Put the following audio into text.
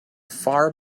far